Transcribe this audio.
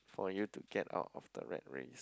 for you to get out of the rat race